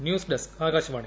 news desk Akashvani